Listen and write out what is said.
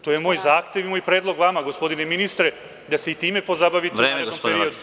To je moj zahtev i moj predlog vama, gospodine ministre, da se i time pozabavite u nekom periodu.